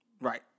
Right